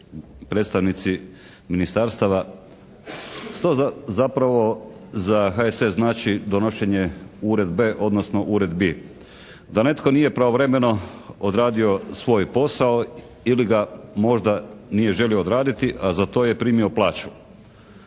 predstavnici ministarstava. Što zapravo za HSS znači donošenje uredbe, odnosno uredbi? Da netko nije pravovremeno odradio svoj posao ili ga možda nije želio odraditi a za to je primio plaću.